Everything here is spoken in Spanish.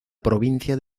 provincia